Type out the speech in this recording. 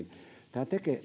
tämä tekee